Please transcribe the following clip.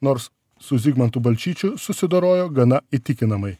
nors su zigmantu balčyčiu susidorojo gana įtikinamai